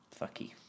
fucky